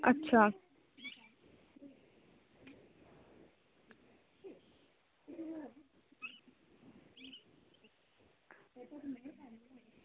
अच्छा